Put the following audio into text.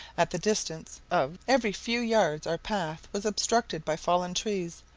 at the distance of every few yards our path was obstructed by fallen trees,